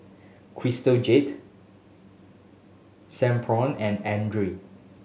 Crystal Jade Sephora and Andre